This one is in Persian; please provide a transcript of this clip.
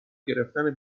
گرفتن